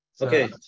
Okay